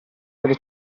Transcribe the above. delle